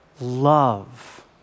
love